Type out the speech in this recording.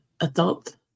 adult